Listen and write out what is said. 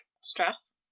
stress